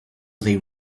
they